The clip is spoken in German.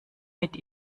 mit